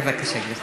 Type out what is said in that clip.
בבקשה, גברתי.